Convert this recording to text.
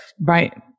Right